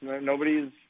nobody's